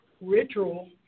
ritual